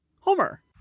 Homer